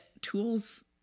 tools